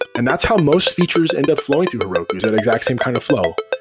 and that's how most features end up flowing through heroku is that exact same kind of flow.